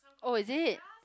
oh is it